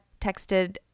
texted